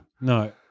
No